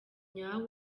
nyawo